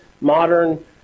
modern